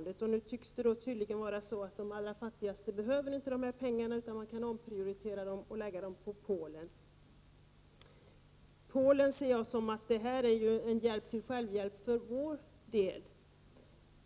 Nu tycks det vara så att de allra fattigaste inte behöver dessa pengar, utan det kan göras en omprioritering till förmån för Polen. När det gäller Polen ser jag detta som en hjälp till självhjälp även för Sveriges del.